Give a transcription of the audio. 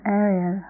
area